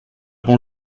bon